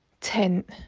tent